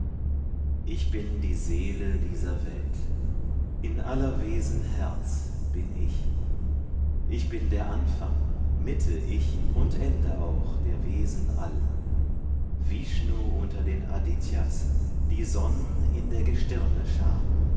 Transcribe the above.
ich bin die seele dieser welt in aller wesen herz bin ich ich bin der anfang mitte ich und ende auch der wesen all vishnu unter den adityas die sonn in der gestirne schar